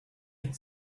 had